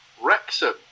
Wrexham